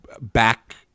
back –